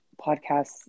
podcasts